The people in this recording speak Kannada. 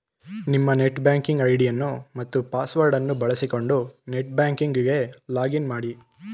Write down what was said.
ನಿಮ್ಮ ನೆಟ್ ಬ್ಯಾಂಕಿಂಗ್ ಐಡಿಯನ್ನು ಮತ್ತು ಪಾಸ್ವರ್ಡ್ ಅನ್ನು ಬಳಸಿಕೊಂಡು ನೆಟ್ ಬ್ಯಾಂಕಿಂಗ್ ಗೆ ಲಾಗ್ ಇನ್ ಮಾಡಿ